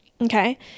Okay